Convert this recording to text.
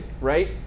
right